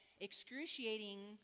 excruciating